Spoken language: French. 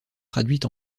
traduite